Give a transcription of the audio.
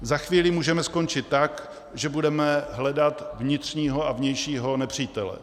Za chvíli můžeme skončit tak, že budeme hledat vnitřního a vnějšího nepřítele.